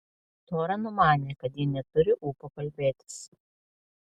tora numanė kad ji neturi ūpo kalbėtis